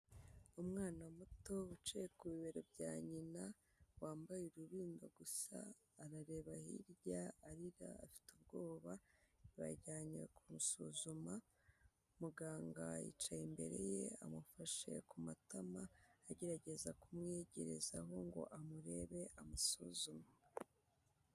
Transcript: Umwana muto wicaye ku bibero bya nyina wambaye urubindo gusa, arareba hirya arira, afite ubwoba, bajyanye kumusuzuma, muganga yicaye imbere ye, amufashe ku matama agerageza kumwiyegerezaho ngo amurebe, amusuzume.